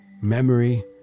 memory